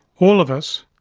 all of us,